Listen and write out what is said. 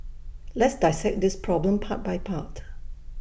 let's dissect this problem part by part